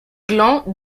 glands